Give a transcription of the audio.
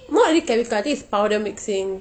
not really chemical I think is powder mixing